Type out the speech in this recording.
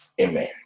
Amen